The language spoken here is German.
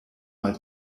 mal